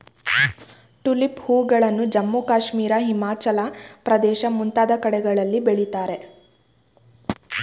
tulip ಹೂಗಳನ್ನು ಜಮ್ಮು ಕಾಶ್ಮೀರ, ಹಿಮಾಚಲ ಪ್ರದೇಶ ಮುಂತಾದ ಕಡೆಗಳಲ್ಲಿ ಬೆಳಿತಾರೆ